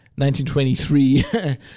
1923